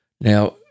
Now